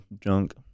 junk